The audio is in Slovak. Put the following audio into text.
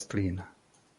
rastlín